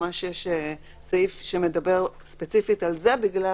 ממש יש סעיף שמדבר ספציפית על זה, בגלל